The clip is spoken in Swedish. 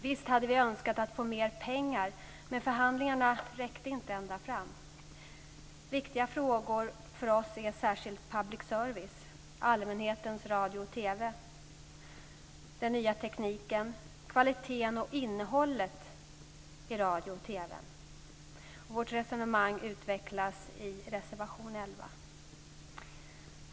Visst hade vi önskat att få mer pengar, men förhandlingarna räckte inte ända fram. Viktiga frågor för oss är särskilt public service, allmänhetens radio och TV, den nya tekniken och kvaliteten och innehållet i radio och TV. Vårt resonemang utvecklas i reservation 11.